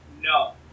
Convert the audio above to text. No